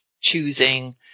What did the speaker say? choosing